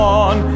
on